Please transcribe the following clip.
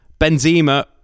Benzema